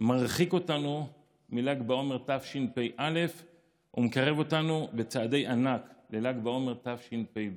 מרחיק אותנו מל"ג בעומר תשפ"א ומקרב אותנו בצעדי ענק לל"ג בעומר תשפ"ב.